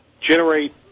generate